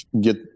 get